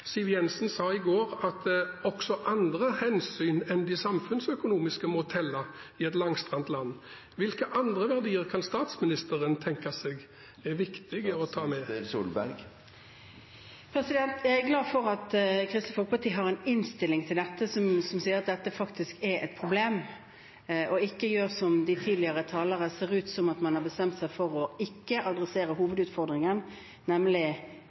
Siv Jensen sa i går at også andre hensyn enn de samfunnsøkonomiske må telle i et langstrakt land. Hvilke andre verdier kan statsministeren tenke seg er viktige å ta med? Jeg er glad for at Kristelig Folkeparti har en innstilling til dette om at det faktisk er et problem, og ikke gjør som de tidligere talerne ser ut til å ha bestemt seg for, ikke å adressere hovedutfordringen – nemlig